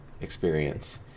experience